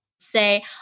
say